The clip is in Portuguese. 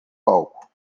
palco